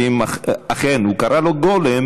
ואם אכן הוא קרא לו "גולם",